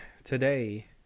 today